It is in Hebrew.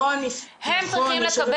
הם צריכים לקבל.